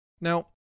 Now